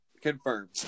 Confirmed